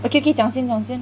okay K K 讲先讲先